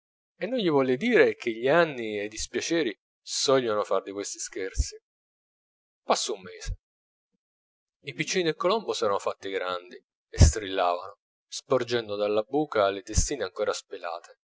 e non gli volle dire che gli anni e i dispiaceri sogliono far di questi scherzi passò un mese i piccini del colombo s'eran fatti grandi e strillavano sporgendo dalla buca le testine ancora spelate